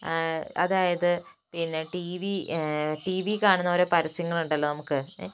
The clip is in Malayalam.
അതായത് പിന്നെ ടീവി ടീവിയിൽ കാണുന്ന കുറേ പരസ്യങ്ങൾ ഉണ്ടല്ലോ നമുക്ക്